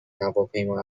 هواپیما